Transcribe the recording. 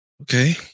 Okay